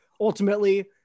Ultimately